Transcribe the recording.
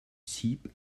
sieb